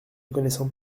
connaissant